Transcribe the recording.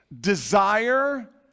desire